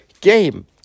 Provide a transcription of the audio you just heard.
game